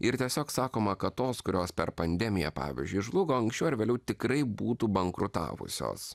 ir tiesiog sakoma kad tos kurios per pandemiją pavyzdžiui žlugo anksčiau ar vėliau tikrai būtų bankrutavusios